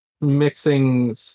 mixing